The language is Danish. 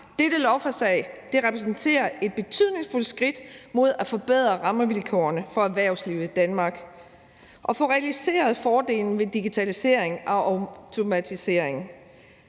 dette lovforslag et betydningsfuldt skridt mod at forbedre rammevilkårene for erhvervslivet i Danmark og få realiseret fordelen ved digitalisering og automatisering.